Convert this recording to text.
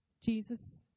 Jesus